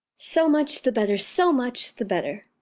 so much the better, so much the better!